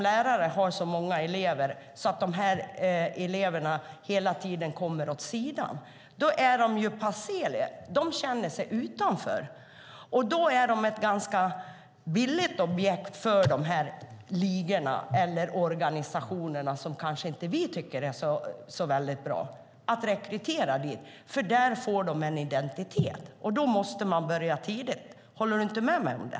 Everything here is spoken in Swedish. Lärarna har så många elever att de som behöver extra stöd hela tiden hamnar vid sidan av. De känner sig utanför, och då är de ganska lätta objekt för de här organisationerna, som vi inte tycker är så bra, att rekrytera, för där får de en identitet. Håller du inte med mig om det?